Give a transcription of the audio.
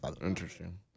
Interesting